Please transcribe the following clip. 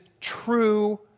true